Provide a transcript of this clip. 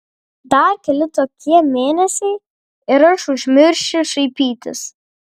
dar keli tokie mėnesiai ir aš užmiršiu šaipytis